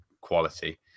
quality